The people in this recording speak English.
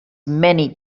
many